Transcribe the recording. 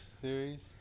series